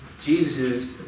Jesus